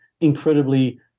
incredibly